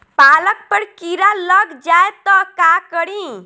पालक पर कीड़ा लग जाए त का करी?